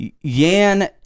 Yan